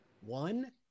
One